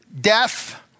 death